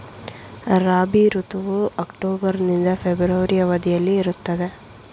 ರಾಬಿ ಋತುವು ಅಕ್ಟೋಬರ್ ನಿಂದ ಫೆಬ್ರವರಿ ಅವಧಿಯಲ್ಲಿ ಇರುತ್ತದೆ